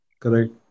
Correct